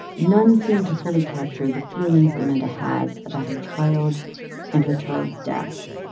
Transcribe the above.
none seemed to fully capture the feelings amanda has about her child and her child's death.